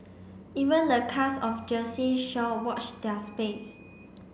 even the cast of Jersey Shore watch their space